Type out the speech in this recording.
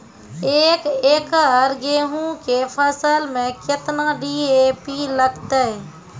एक एकरऽ गेहूँ के फसल मे केतना डी.ए.पी लगतै?